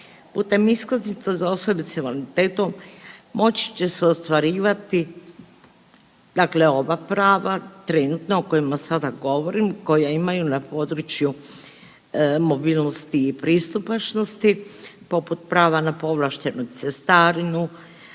Putem iskaznica za osobe sa invaliditetom moći će se ostvarivati, dakle ova prava trenutna o kojima sada govorim koja imaju na području mobilnosti i pristupačnosti poput prava na povlaštenu cestarinu,